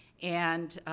and,